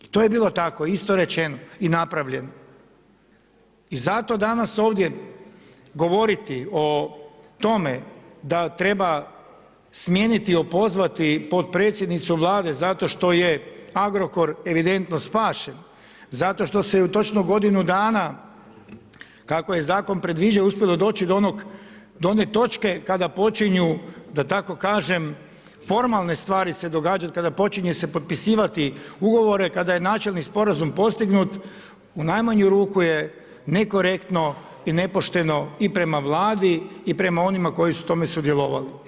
To je bilo tako, isto rečeno i napravljen i zato danas ovdje govoriti o tome da treba smijeniti, opozvati potpredsjednicu Vlade zato što je Agrokor evidentno spašen, zato što se točno u godinu dana kako je zakon predviđao uspjelo doći do one točke kada počinju, da tako kažem formalne stvari se događat, kada počinje se potpisivati ugovore, kada je načelni sporazum postignut, u najmanju ruku je nekorektno i nepošteno i prema Vladi i prema onima koji su u tome sudjelovali.